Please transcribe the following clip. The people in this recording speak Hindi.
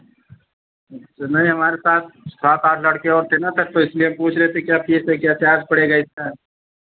अच्छा नहीं हमारे साथ सात आठ लड़के और थे ना सर तो इसलिए हम पूछ रहे थे कि क्या कैसे क्या चार्ज़ पड़ेगा इसका